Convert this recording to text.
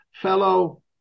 fellow